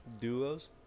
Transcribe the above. Duos